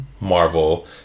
Marvel